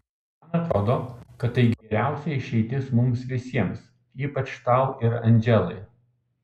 man atrodo kad tai geriausia išeitis mums visiems ypač tau ir andželai